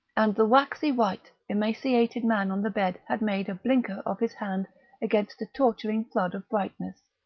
and the waxy-white, emaciated man on the bed had made a blinker of his hand against the torturing flood of brightness.